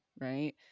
right